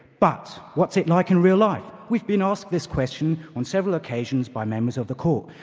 but what's it like in real life? we've been asked this question on several occasions by members of the call.